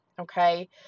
okay